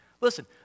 Listen